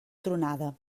tronada